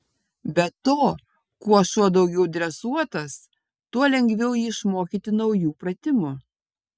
be to kuo šuo daugiau dresuotas tuo lengviau jį išmokyti naujų pratimų